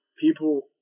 people